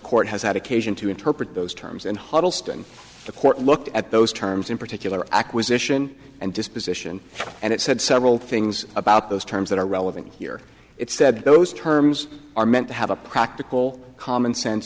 court has had occasion to interpret those terms in huddleston the court looked at those terms in particular acquisition and disposition and it said several things about those terms that are relevant here it said those terms are meant to have a practical common sense